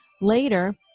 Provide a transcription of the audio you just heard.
Later